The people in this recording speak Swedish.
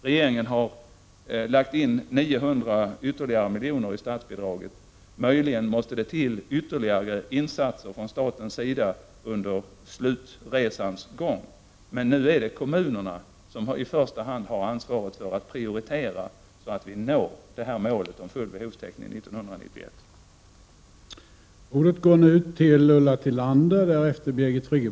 Regeringen har utökat statsbidragen med ytterligare 900 milj.kr., möjligen måste ytterligare insatser tillföras från statens sida under slutresans gång. Men nu är det kommunerna som i första hand har ansvaret för att prioritera så att målet om full behovstäckning 1991 nås.